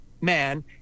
man